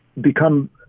become